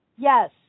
Yes